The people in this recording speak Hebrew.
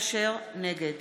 נגד